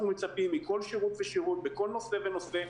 מצפים מכל שירות ושירות בכל נושא ונושא.